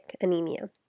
anemia